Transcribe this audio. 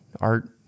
art